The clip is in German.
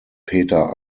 peter